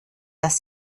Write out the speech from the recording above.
das